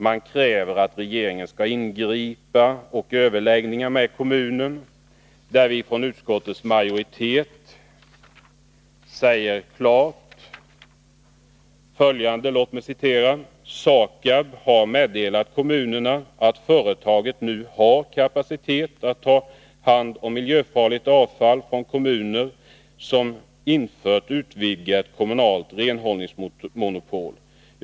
Man kräver att regeringen skall ingripa och ta upp överläggningar med kommunerna. Utskottsmajoriteten säger i denna fråga följande: ”SAKAB har meddelat kommunerna att företaget nu har kapacitet att ta hand om miljöfarligt avfall från kommuner som infört utvidgat kommunalt renhållningsmonopol.